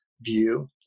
view